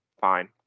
fine